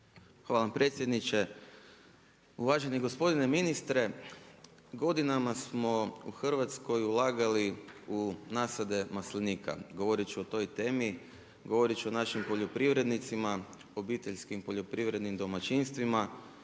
vam predsjedniče. Uvaženi gospodine ministre, godinama smo u Hrvatskoj ulagali u nasade maslinika. Govoreći o toj temi, govorit ću o našim poljoprivrednicima, obiteljskim poljoprivrednim domaćinstvima,